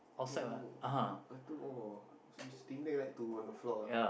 oh I think !wah! stingray like to on the floor ah